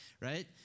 right